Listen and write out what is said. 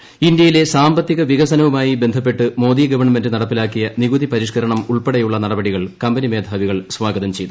ഓളം ഇന്ത്യയിലെ സാമ്പത്തിക വികസനവുമായി ബന്ധപ്പെട്ട് മോദിഗവൺമെന്റ നടപ്പിലാക്കിയ നികുതി പരിഷ്കരണംഉൾപ്പെടെയുള്ള നടപടികൾ കമ്പനി മേധാവികൾസാഗതംചെയ്തു